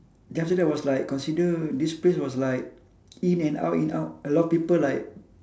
then after that was like consider this place was like in and out in out a lot of people like